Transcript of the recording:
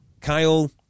Kyle